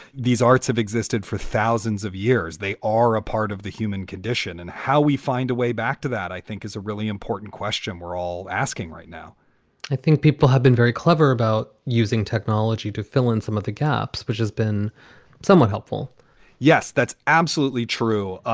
these arts have existed for thousands of years. they are a part of the human condition. and how we find a way back to that, i think is a really important question we're all asking right now i think people have been very clever about using technology to fill in some of the gaps, which has been somewhat helpful yes, that's absolutely true.